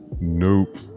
Nope